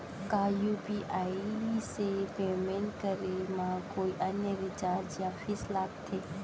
का यू.पी.आई से पेमेंट करे म कोई अन्य चार्ज या फीस लागथे?